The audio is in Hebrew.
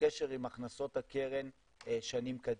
בקשר עם הכנסות הקרן שנים קדימה.